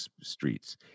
streets